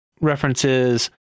references